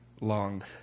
long